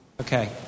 Okay